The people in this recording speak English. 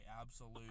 absolute